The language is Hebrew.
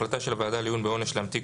או החלטה של הוועדה לעיון בעונש להמתיק